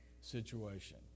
situation